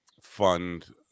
fund